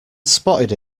spotted